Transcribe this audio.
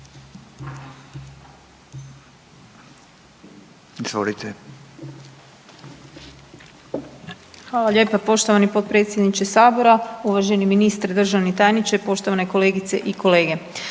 Hvala lijepa poštovani potpredsjedniče sabora. Uvaženi ministre, državni tajniče, poštovane kolegice i kolege,